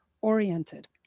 oriented